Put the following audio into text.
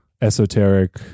esoteric